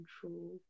control